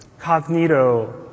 Cognito